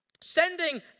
sending